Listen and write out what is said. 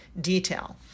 detail